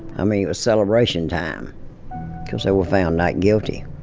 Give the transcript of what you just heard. i mean, it was celebration time because they were found not guilty.